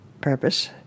purpose